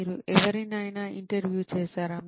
మీరు ఎవరినైనా ఇంటర్వ్యూ చేశారా